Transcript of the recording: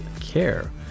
care